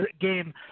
game